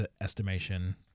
estimation